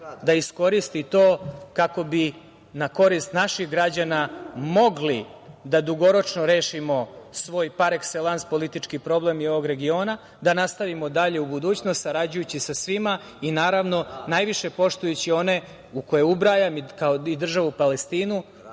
da iskoristi to, kako bi na korist naših građana mogli da dugoročno rešimo svoj „par ekselans“ politički problem i ovog regiona, da nastavimo dalje u budućnost sarađujući sa svima i, naravno, najviše poštujući one u koje ubrajam i državu Palestinu,